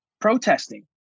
protesting